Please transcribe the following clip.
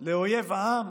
לאויב העם